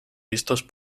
vistos